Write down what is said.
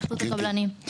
התאחדות הקבלנים.